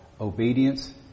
obedience